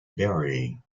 burying